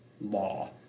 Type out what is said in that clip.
law